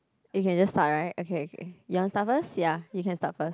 you can just start right okay okay you want start first ya you can start first